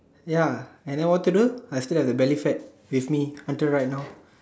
ya and then what to do I still have the Belly fat with me until right now